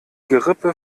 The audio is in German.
gerippe